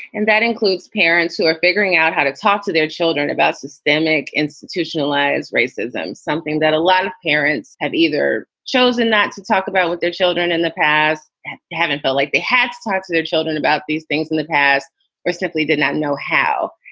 and that includes parents who are figuring out how to talk to their children about systemic institutionalized racism, something that a lot of parents have either chosen not to talk about with their children in the past and haven't felt like they had started their children about these things in the past or simply did not know how.